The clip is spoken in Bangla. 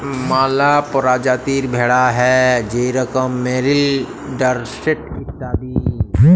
ম্যালা পরজাতির ভেড়া হ্যয় যেরকম মেরিল, ডরসেট ইত্যাদি